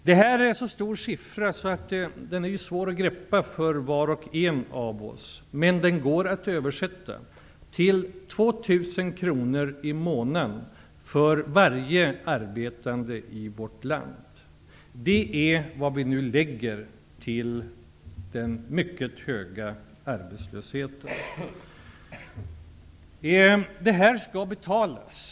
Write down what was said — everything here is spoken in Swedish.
Det här är en så stor siffra att den är svår att begripa för var och en av oss, men den kan översättas till att varje arbetande i vårt land får lägga ut 2 000 kr i månaden på grund av den mycket höga arbetslösheten. Det här skall betalas.